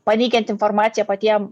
paneigiant informaciją patiem